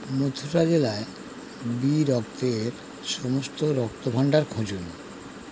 মথুরা জেলায় বি রক্তের সমস্ত রক্তভাণ্ডার খুঁজুন